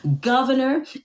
governor